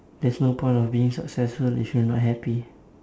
there's no point of being successful if you're not happy